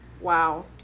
Wow